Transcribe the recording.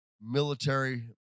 military